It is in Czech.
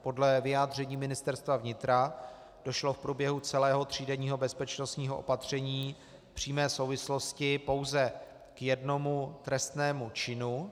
Podle vyjádření Ministerstva vnitra došlo v průběhu celého třídenního bezpečnostního opatření v přímé souvislosti pouze k jednomu trestnému činu.